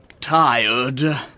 tired